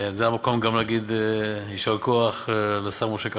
זה המקום גם להגיד יישר כוח לשר משה כחלון.